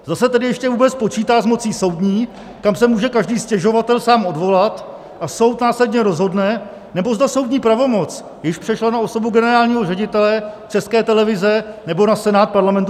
Zda se tedy ještě vůbec počítá s mocí soudní, kam se může každý stěžovatel sám odvolat, a soud následně rozhodne, nebo zda soudní pravomoc, již přešla na osobu generálního ředitele České televize, nebo na Senát Parlamentu ČR.